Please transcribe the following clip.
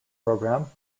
programme